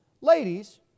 Ladies